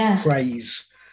praise